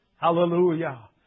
Hallelujah